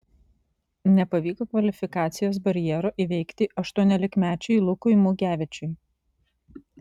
nepavyko kvalifikacijos barjero įveikti aštuoniolikmečiui lukui mugevičiui